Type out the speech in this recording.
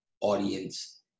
audience